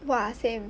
!wah! same